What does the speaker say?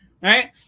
right